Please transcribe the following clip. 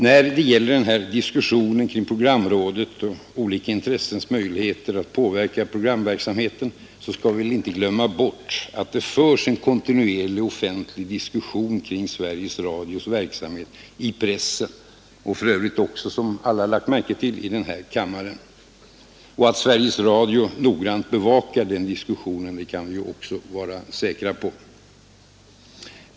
När det gäller diskussionen om programrådet och olika intressens möjligheter att påverka programverksamheten skall vi väl inte glömma bort att det förs en kontinuerlig offentlig diskussion kring Sveriges Radios verksamhet i pressen och för övrigt också, som alla lagt märke till, i den här kammaren. Att Sveriges Radio noggrant bevakar den diskussionen kan vi också vara säkra på.